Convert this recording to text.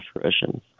fruition